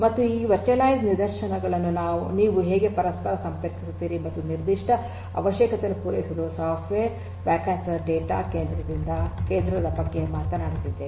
ಮತ್ತು ಈ ವರ್ಚುವಲೈಸ್ಡ್ ನಿದರ್ಶನಗಳನ್ನು ನೀವು ಹೇಗೆ ಪರಸ್ಪರ ಸಂಪರ್ಕಿಸುತ್ತೀರಿ ಮತ್ತು ನಿರ್ದಿಷ್ಟ ಅವಶ್ಯಕತೆಗಳನ್ನು ಪೂರೈಸುವುದು ಸಾಫ್ಟ್ವೇರ್ ವ್ಯಾಖ್ಯಾನಿಸಿದ ಡೇಟಾ ಕೇಂದ್ರದ ಬಗ್ಗೆ ಮಾತನಾಡುತ್ತದೆ